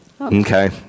Okay